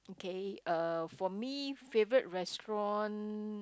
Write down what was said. okay uh for me favourite restaurant